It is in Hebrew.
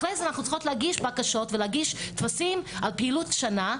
אחרי זה אנחנו צריכות להגיש בקשות ולהגיש טפסים על פעילות שנה,